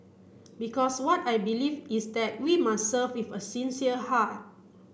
because what I believe is that we must serve with a sincere heart